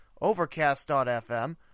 Overcast.fm